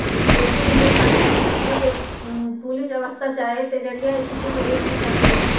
बेशी दिनगत फाइनेंस स्थिति के बुलिश अवस्था चाहे तेजड़िया स्थिति के रूप में जानल जाइ छइ